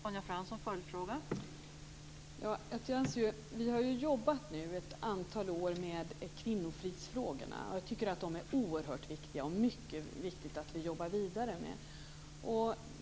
Fru talman! Vi har nu jobbat ett antal år med kvinnofridsfrågorna, som jag tycker är oerhört viktiga, och det är mycket viktigt att jobba vidare med dem.